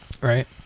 right